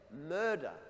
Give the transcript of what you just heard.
murder